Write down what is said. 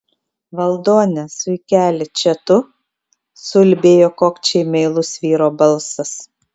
valdone zuikeli čia tu suulbėjo kokčiai meilus vyro balsas